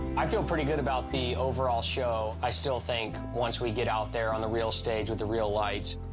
i feel pretty good about the overall show. i still think once we get out there on the real stage with the real lights,